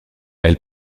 elle